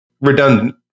redundant